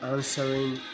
Answering